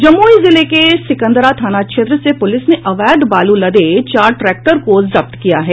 जमुई जिले के सिकंदरा थाना क्षेत्र से पुलिस ने अवैध बालू लदे चार ट्रैक्टर को जब्त किया है